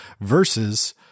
versus